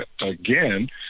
again